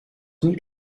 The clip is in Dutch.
niet